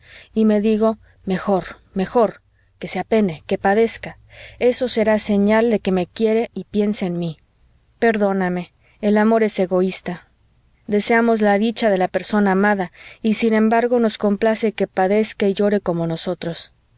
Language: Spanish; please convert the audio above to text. y me digo mejor mejor que se apene que padezca eso será señal de que me quiere y piensa en mi perdóname el amor es egoísta deseamos la dicha de la persona amada y sin embargo nos complace que padezca y llore como nosotros